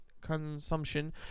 consumption